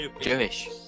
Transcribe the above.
Jewish